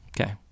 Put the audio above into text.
Okay